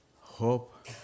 hope